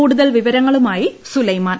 കൂടുതൽ വിവരങ്ങളുമായി സ്ുല്ലൈമാൻ